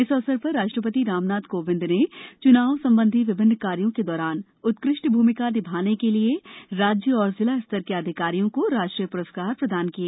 इस अवसर पर राष्ट्रपति रामनाथ कोविंद ने च्नाव संबंधी विभिन्न कार्यों के दौरान उत्कृष्ट भूमिका निभाने के लिए राज्य और जिला स्तर के अधिकारियों को राष्ट्रीय प्रस्कार प्रदान किए